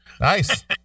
nice